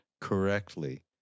correctly